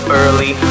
early